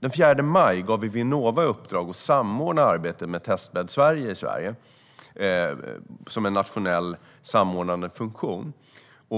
Den 4 maj gav vi Vinnova i uppdrag att samordna arbetet med Testbädd Sverige som en nationell samordnande funktion i Sverige.